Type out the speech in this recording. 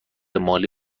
مالی